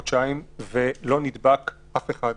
ולא נדבק אף אחד.